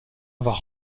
avoir